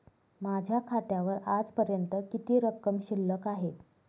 माझ्या खात्यावर आजपर्यंत किती रक्कम शिल्लक आहे?